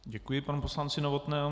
Děkuji panu poslanci Novotnému.